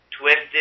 twisted